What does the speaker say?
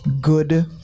good